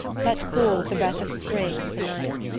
but cool with the breath of spring and the night.